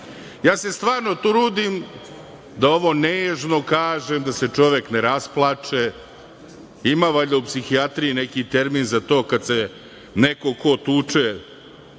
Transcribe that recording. se stvarno trudim da ovo nežno kažem, da se čovek ne rasplače. Ima valjda u psihijatriji neki termin za to kada se neko ko tuče